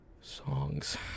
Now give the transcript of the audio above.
songs